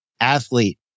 athlete